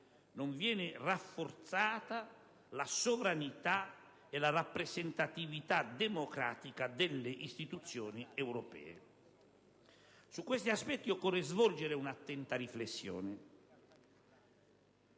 non vengono rafforzate la sovranità e la rappresentatività democratica delle istituzioni europee. Su questi aspetti, occorre svolgere un'attenta riflessione.